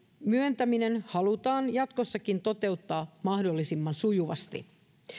myöntäminen halutaan jatkossakin toteuttaa mahdollisimman sujuvasti